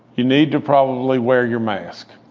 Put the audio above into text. you need to probably wear your mask.